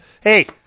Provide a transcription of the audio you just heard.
Hey